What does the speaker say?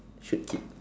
should keep